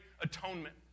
atonement